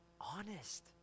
honest